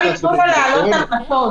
אחרת לא ייתנו לו לעלות על המטוס.